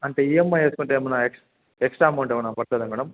అంటే ఈఎమ్ఐ వేసుకుంటే ఏమన్నా ఎక్స్ ఎక్స్ట్రా ఎమౌంట్ ఏమన్నా పడుతుందా మేడం